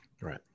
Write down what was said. Right